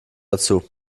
dazu